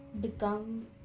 become